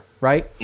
Right